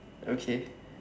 okay